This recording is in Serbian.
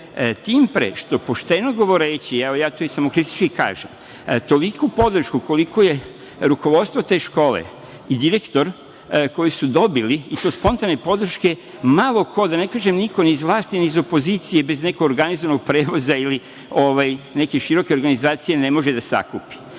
Tim pre, pošteno govoreći, ja to samo kritički kažem, toliku podršku koliku su rukovodstvo te škole i direktor dobili, i to spontane podrške, malo ko, da ne kažem niko ni iz vlasti, ni iz opozicije, bez nekog organizovanog prevoza ili neke široke organizacije ne može da sakupi. Dakle,